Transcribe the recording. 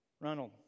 Ronald